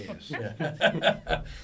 Yes